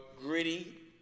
gritty